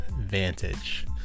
Vantage